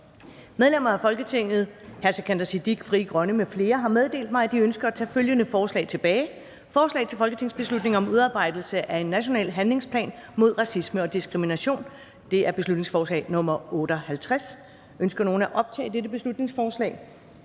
Medlemmer af Folketinget Sikandar Siddique (FG) m.fl. har meddelt mig, at de ønsker at tage følgende forslag tilbage: Forslag til folketingsbeslutning om udarbejdelse af en national handlingsplan mod racisme og diskrimination. (Beslutningsforslag nr. B 58). Ønsker nogen at optage dette beslutningsforslag?